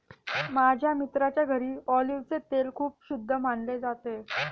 माझ्या मित्राच्या घरी ऑलिव्हचे तेल खूप शुद्ध मानले जाते